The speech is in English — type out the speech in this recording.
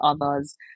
others